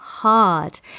Hard